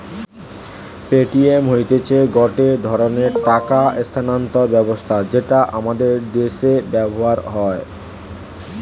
Paytm হতিছে গটে ধরণের টাকা স্থানান্তর ব্যবস্থা যেটা আমাদের দ্যাশে ব্যবহার হয়